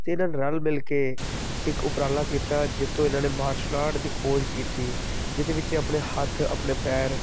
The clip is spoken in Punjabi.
ਅਤੇ ਇਹਨਾਂ ਨੇ ਰਲ ਮਿਲ ਕੇ ਇੱਕ ਉਪਰਾਲਾ ਕੀਤਾ ਜਿਸ ਤੋਂ ਇਹਨਾਂ ਨੇ ਮਾਰਸ਼ਲ ਆਰਟ ਦੀ ਖੋਜ ਕੀਤੀ ਜਿਹਦੇ ਵਿੱਚ ਇਹ ਆਪਣੇ ਹੱਥ ਆਪਣੇ ਪੈਰ